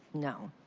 no.